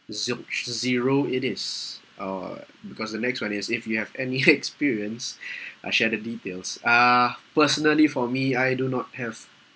ze~ z~ zero it is uh because the next one is if you have any experience I share the details uh personally for me I do not have